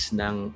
ng